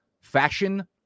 fashion